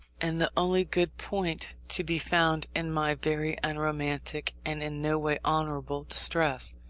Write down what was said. and the only good point to be found in my very unromantic and in no way honourable distress.